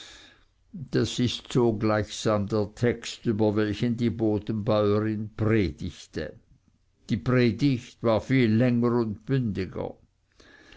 das ist so gleichsam der text über welchen die bodenbäuerin predigte die predigt war viel länger und bündiger